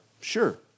sure